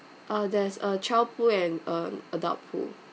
uh there's a child pool and a adult pool